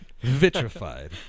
vitrified